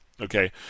Okay